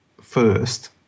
first